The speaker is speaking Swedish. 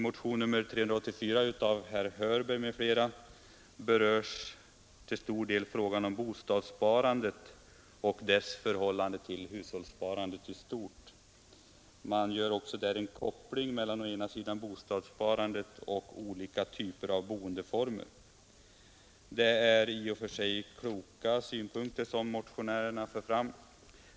Motionen 384 av herr Hörberg m.fl. berör huvudsakligen frågan om bostadssparandet och dess förhållande till hushållssparandet i stort. Man gör där också en koppling mellan bostadssparandet och olika typer av boendeformer. Det är i och för sig kloka synpunkter som motionärerna för fram.